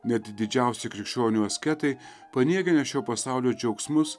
net didžiausi krikščionių asketai paniekinę šio pasaulio džiaugsmus